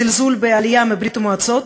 זלזול בעלייה מברית-המועצות.